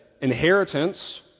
inheritance